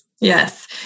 Yes